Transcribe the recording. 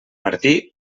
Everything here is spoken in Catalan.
martí